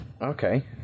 Okay